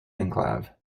enclave